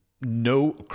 no